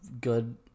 good